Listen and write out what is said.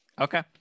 Okay